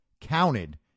counted